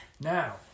Now